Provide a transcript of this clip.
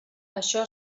això